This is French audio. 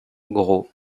gros